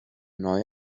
neu